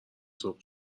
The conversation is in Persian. صبح